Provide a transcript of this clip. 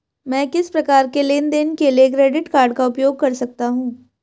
मैं किस प्रकार के लेनदेन के लिए क्रेडिट कार्ड का उपयोग कर सकता हूं?